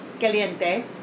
caliente